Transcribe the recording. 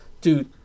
dude